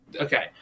Okay